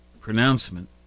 pronouncement